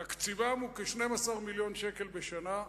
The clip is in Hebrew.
תקציבם הוא כ-12 מיליון שקל בשנה,